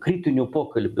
kritiniu pokalbiu